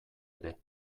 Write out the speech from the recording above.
ere